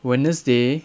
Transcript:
wednesday